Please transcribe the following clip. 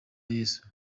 yesu